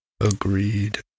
Agreed